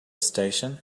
station